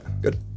good